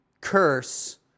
curse